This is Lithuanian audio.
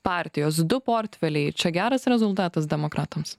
partijos du portfeliai čia geras rezultatas demokratams